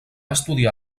estudiar